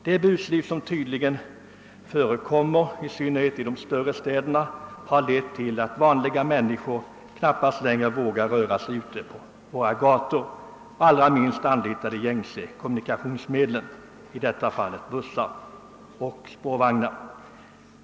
Det busliv som tydligen förekommer i synnerhet i de större städerna har lett till att vanliga människor knappast längre vågar röra sig ute på gatorna och allra minst anlita de gängse kommunikationsmed len: bussar och spårvagnar.